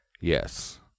yes